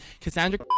Cassandra